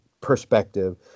perspective